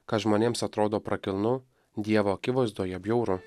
kas žmonėms atrodo prakilnu dievo akivaizdoje bjauru